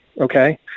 okay